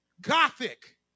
gothic